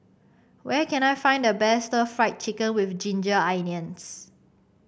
where can I find the best Stir Fried Chicken with Ginger Onions